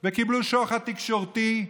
וקיבלו שוחד תקשורתי.